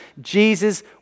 Jesus